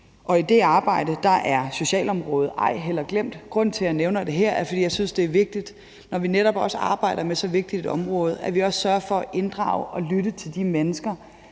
i det arbejde er socialområdet ej heller glemt. Grunden til, jeg nævner det her, er, at jeg synes, at det er vigtigt, at vi, når vi netop også arbejder med så vigtigt et område, også sørger for at inddrage og lytte til de mennesker,